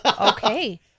Okay